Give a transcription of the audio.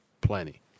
plenty